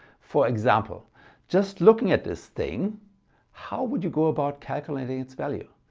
for example just looking at this thing how would you go about calculating its value?